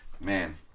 Man